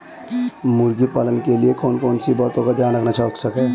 मुर्गी पालन के लिए कौन कौन सी बातों का ध्यान रखना आवश्यक है?